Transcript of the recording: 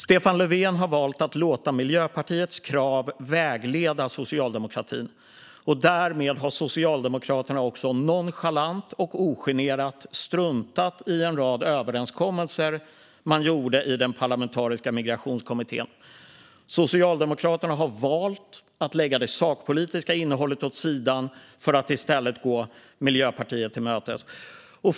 Stefan Löfven har valt att låta Miljöpartiets krav vägleda socialdemokratin, och därmed har Socialdemokraterna också nonchalant och ogenerat struntat i en rad överenskommelser som man gjorde i den parlamentariska migrationskommittén. Socialdemokraterna har valt att lägga det sakpolitiska innehållet åt sidan för att i stället gå Miljöpartiet till mötes.